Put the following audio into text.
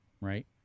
right